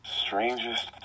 Strangest